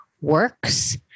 Works